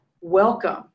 welcome